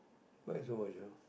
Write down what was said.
why so much ah